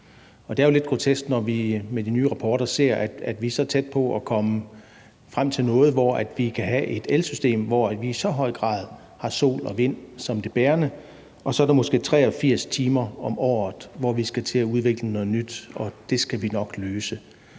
vi med de nye rapporter ser, at vi er så tæt på at komme frem til noget, hvor vi kan have et elsystem, hvor vi i så høj grad har sol og vind som det bærende, og så er der måske 83 timer om året, hvor vi skal til at udvikle noget nyt. Det skal vi nok løse.